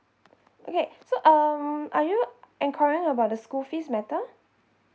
okay so um are you enquiring about the school fees matter